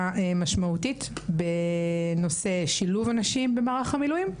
משמעותית בנושא שילוב הנשים במערך המילואים,